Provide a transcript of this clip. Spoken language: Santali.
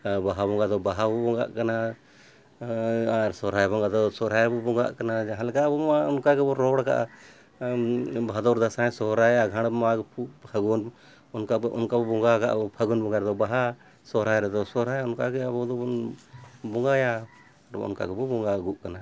ᱵᱟᱦᱟ ᱵᱚᱸᱜᱟ ᱫᱚ ᱵᱟᱦᱟ ᱵᱚᱱ ᱵᱚᱸᱜᱟᱜ ᱠᱟᱱᱟ ᱟᱨ ᱥᱚᱦᱚᱨᱟᱭ ᱵᱚᱸᱜᱟ ᱫᱚ ᱥᱚᱦᱨᱟᱭ ᱵᱚᱱ ᱵᱚᱸᱜᱟᱜ ᱠᱟᱱᱟ ᱡᱟᱦᱟᱸ ᱞᱮᱠᱟ ᱟᱵᱚᱢᱟ ᱚᱱᱠᱟ ᱜᱮᱵᱚᱱ ᱨᱚᱲ ᱠᱟᱜᱼᱟ ᱵᱷᱟᱫᱚᱨ ᱫᱟᱥᱟᱸᱭ ᱥᱚᱦᱚᱨᱟᱭ ᱟᱜᱷᱟᱲ ᱢᱟᱜᱽ ᱯᱷᱟᱹᱜᱩᱱ ᱚᱱᱠᱟ ᱵᱚ ᱚᱱᱠᱟ ᱵᱚᱱ ᱵᱚᱸᱜᱟ ᱠᱟᱜ ᱟᱵᱚ ᱯᱷᱟᱹᱜᱩᱱ ᱵᱚᱸᱜᱟ ᱨᱮᱫᱚ ᱵᱟᱦᱟ ᱥᱚᱦᱚᱨᱟᱭ ᱨᱮᱫᱚ ᱥᱚᱦᱚᱨᱟᱭ ᱚᱱᱠᱟᱜᱮ ᱟᱵᱚ ᱫᱚᱵᱚᱱ ᱵᱚᱸᱜᱟᱭᱟ ᱟᱨ ᱚᱱᱠᱟ ᱜᱮᱵᱚᱱ ᱵᱚᱸᱜᱟ ᱟᱹᱜᱩ ᱠᱟᱱᱟ